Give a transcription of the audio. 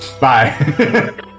Bye